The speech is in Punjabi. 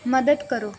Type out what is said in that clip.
ਮਦਦ ਕਰੋ